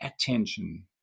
attention